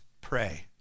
pray